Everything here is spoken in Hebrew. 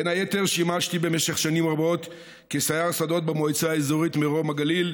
בין היתר שימשתי במשך שנים רבות כסייר שדות במועצה האזורית מרום הגליל,